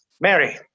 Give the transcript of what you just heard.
Mary